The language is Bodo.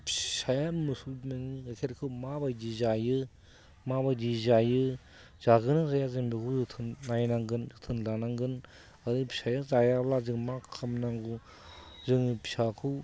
फिसाया मोसौ बिमानि गायखेरखौ माबायदि जायो माबायदि जायो जागोनना जाया जों बेखौ जोथोन नायनांगोन जोथोन लानांगोन आरो फिसाया जायाब्ला जों मा खालामनांगौ जोंनि फिसाखौ